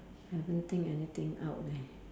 haven't think anything out leh